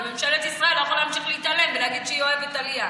וממשלת ישראל לא יכולה להמשיך להתעלם ולהגיד שהיא אוהבת עלייה.